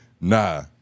Nah